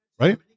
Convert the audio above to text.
right